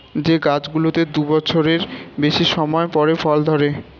যে গাছগুলোতে দু বছরের বেশি সময় পরে ফল ধরে